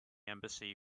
embassy